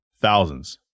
Thousands